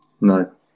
No